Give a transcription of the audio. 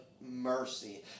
mercy